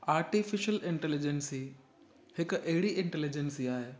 artificial intelligence हिकु अहिड़ी intelligence आहे